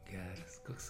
geras koks